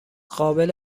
قابل